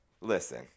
Listen